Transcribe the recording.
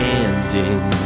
ending